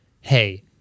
Hey